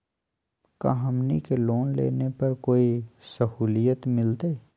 का हमनी के लोन लेने पर कोई साहुलियत मिलतइ?